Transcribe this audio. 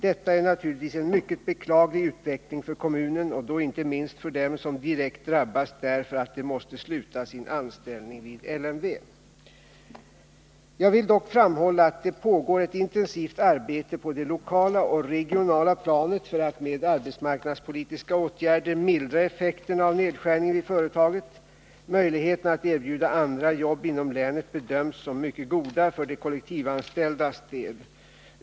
Detta är naturligtvis en mycket beklaglig utveckling för kommunen och då inte minst för dem som direkt drabbas därför att de måste sluta sin anställning vid LMV. Jag vill dock framhålla att det pågår ett intensivt arbete på det lokala och regionala planet för att med arbetsmarknadspolitiska åtgärder mildra effekterna av nedskärningen vid företaget. Möjligheterna att erbjuda andra jobb inom länet bedöms som mycket goda för de kollektivanställdas del.